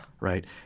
Right